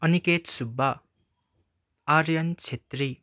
Aniket Subba Aryan Chhetri